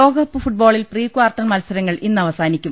ലോകകപ്പ് ഫുട്ബോളിൽ പ്രീകാർട്ടർ മത്സരങ്ങൾ ഇന്നവ സാനിക്കും